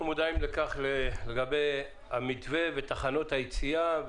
אנחנו מודעים לגבי המתווה ותחנות היציאה.